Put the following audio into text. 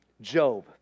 Job